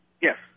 yes